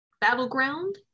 Battleground